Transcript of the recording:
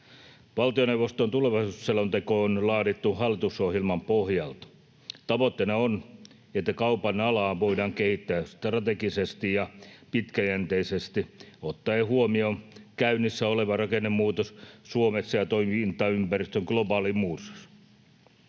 Valtioneuvoston tulevaisuusselonteko on laadittu hallitusohjelman pohjalta. Tavoitteena on, että kaupan alaa voidaan kehittää strategisesti ja pitkäjänteisesti, ottaen huomioon käynnissä oleva rakennemuutos Suomessa ja toimintaympäristön globaali murros.